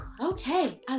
Okay